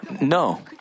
No